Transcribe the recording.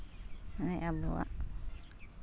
ᱢᱟᱱᱮ ᱟᱵᱚᱣᱟᱜ